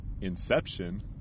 Inception